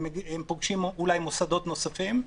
הם פוגשים אולי מוסדות נוספים,